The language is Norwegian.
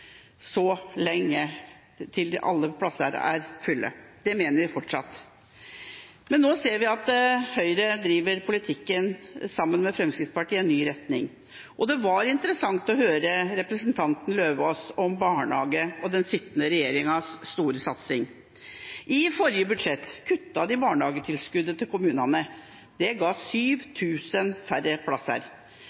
til alle plasser er opptatt. Det mener vi fortsatt. Men nå ser vi at Høyre, sammen med Fremskrittspartiet, driver politikken i en ny retning. Det var interessant å høre representanten Løvaas om barnehage og den sittende regjeringas store satsing. I forrige budsjett kuttet de barnehagetilskuddet til kommunene. Det ga 7 000 færre plasser.